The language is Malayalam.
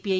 പിഐ